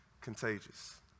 contagious